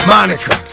Monica